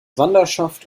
wanderschaft